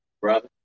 brother